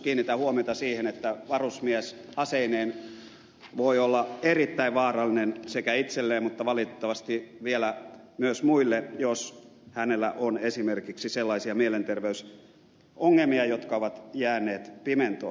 kiinnitän huomiota siihen että varusmies aseineen voi olla erittäin vaarallinen sekä itselleen mutta valitettavasti vielä myös muille jos hänellä on esimerkiksi sellaisia mielenterveysongelmia jotka ovat jääneet pimentoon